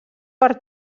per